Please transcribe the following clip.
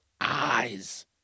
eyes